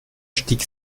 stieg